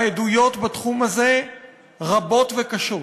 העדויות בתחום הזה רבות וקשות.